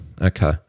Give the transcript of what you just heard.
okay